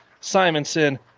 Simonson